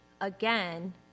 again